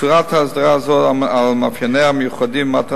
צורת הסדרה זאת על מאפייניה המיוחדים ומתן